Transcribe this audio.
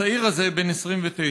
הצעיר הזה, בן 29,